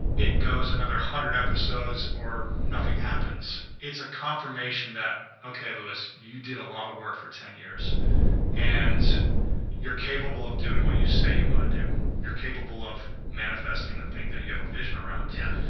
it goes another hundred episodes or nothing happens. it's a confirmation that, okay lewis, you did a lot of work for ten years and you're capable of doing what you say you wanna do, you're capable of manifesting the thing that you have a vision around. yeah.